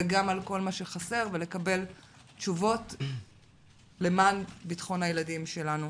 וגם על כל מה שחסר ולקבל תשובות למען ביטחון הילדים שלנו.